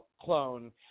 clone